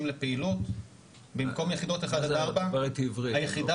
לפעילות במקום יחידות 1-4. זה היחידה